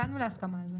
הגענו להסכמה על זה.